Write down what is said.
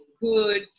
good